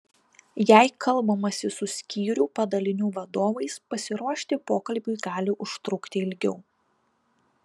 jei kalbamasi su skyrių padalinių vadovais pasiruošti pokalbiui gali užtrukti ilgiau